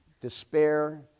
despair